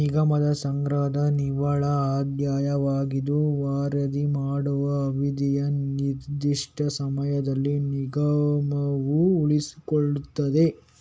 ನಿಗಮದ ಸಂಗ್ರಹದ ನಿವ್ವಳ ಆದಾಯವಾಗಿದ್ದು ವರದಿ ಮಾಡುವ ಅವಧಿಯ ನಿರ್ದಿಷ್ಟ ಸಮಯದಲ್ಲಿ ನಿಗಮವು ಉಳಿಸಿಕೊಳ್ಳುತ್ತದೆ